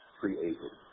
created